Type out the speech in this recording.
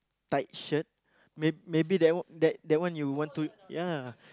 tight shirt may maybe that that one you want to ya